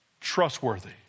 trustworthy